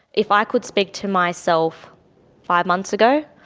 if i could speak to myself five months ago,